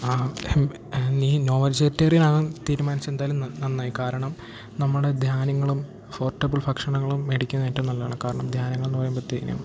ഹാ നീ non vegetarian ആവാൻ തീരുമാനിച്ചത് എന്തായാലും നന്നായി കാരണം നമ്മുടെ ധാന്യങ്ങളും പോർട്ടബിൾ ഭക്ഷണങ്ങളും മേടിക്കുന്ന ഏറ്റവും നല്ലതാണ് കാരണം ധാന്യങ്ങൾ എന്നു പറയുമ്പോഴത്തേക്കും